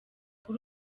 kuri